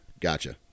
gotcha